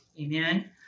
Amen